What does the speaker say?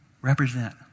represent